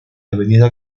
avenida